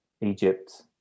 Egypt